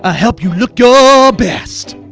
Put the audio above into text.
ah help you look your best,